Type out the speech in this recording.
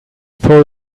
throw